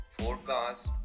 forecast